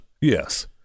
yes